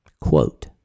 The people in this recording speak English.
Quote